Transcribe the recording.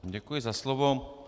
Děkuji za slovo.